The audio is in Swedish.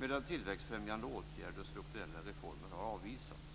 medan tillväxtfrämjande åtgärder och strukturella reformer har avvisats.